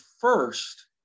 first